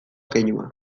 keinua